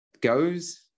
goes